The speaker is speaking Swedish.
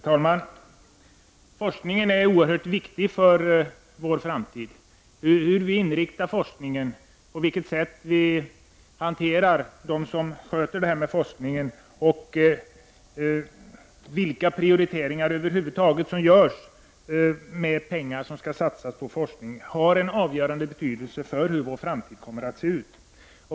Herr talman! Forskningen är oerhört viktig för vår framtid. Hur forskningen inriktas, på vilket sätt de som sköter forskningen behandlas och vilka prioriteringar som över huvud taget görs med pengar som skall satsas på forskningen har avgörande betydelse för hur vår framtid kommer att se ut.